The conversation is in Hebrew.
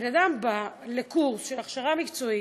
האדם בא לקורס הכשרה מקצועית,